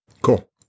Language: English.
Cool